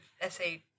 essay